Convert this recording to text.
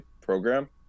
program